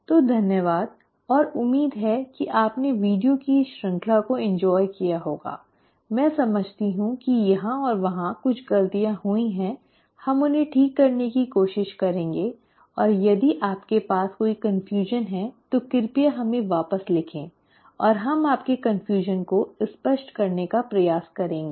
तो धन्यवाद और उम्मीद है कि आपने वीडियो की इस श्रृंखला को इंजॉय किया होगा मैं समझती हूं कि यहां और वहां कुछ गलतियां हुई हैं हम उन्हें ठीक करने की कोशिश करेंगे और यदि आपके पास कोई कंफ्यूजन है तो कृपया हमें वापस लिखें और हम आपके कंफ्यूजन को स्पष्ट करने का प्रयास करेंगे